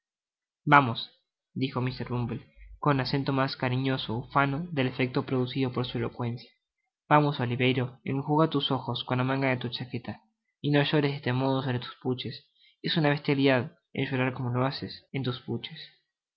vamos dijo mr bumble con acento mas cariñoso ufano del efecto producido por su elocuencia vamos oliverio enjuga tus ojos con la manga de tu chaqueta y no llores de esle mo do sobre tus puches es una bestialidad el llorar como lo haces en tus